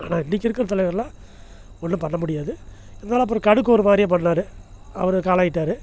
ஆனால் இன்றைக்கி இருக்கிற தலைவரெலாம் ஒன்றும் பண்ண முடியாது இருந்தாலும் அப்புறம் கடுக்கன் ஒருமாதிரியா பண்ணிணாரு அவர் காலம் ஆயிட்டார்